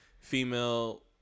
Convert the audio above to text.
female